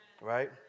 right